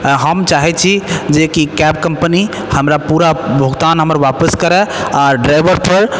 आओर हम चाहै छी कि कैब कम्पनी हमरा पूरा भुगतान हमरा वापस करै आओर ड्राइवरके